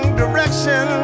direction